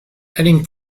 adding